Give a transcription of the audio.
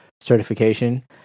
certification